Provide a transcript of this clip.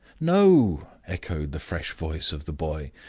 no! echoed the fresh voice of the boy,